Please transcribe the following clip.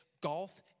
golf